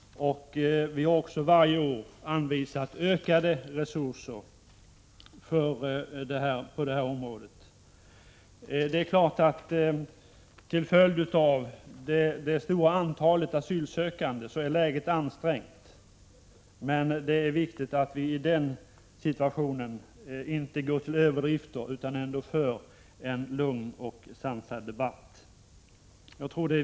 Vi har också varje år anvisat ökade resurser på detta område, men till följd av det stora antalet asylsökande är läget ansträngt. Det är dock viktigt att vi inte går till överdrifter utan att vi för en lugn och sansad debatt.